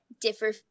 differ